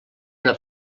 una